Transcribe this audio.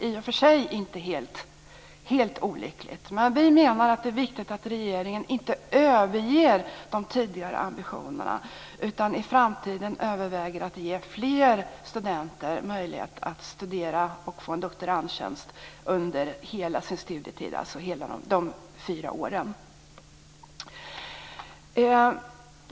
I och för sig är det väl inte helt olyckligt men vi menar att det är viktigt att regeringen inte överger tidigare ambitioner utan i framtiden överväger att ge fler studenter möjlighet att studera och få en doktorandtjänst under hela sin studietid, alltså under fyra år.